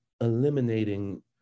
eliminating